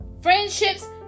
Friendships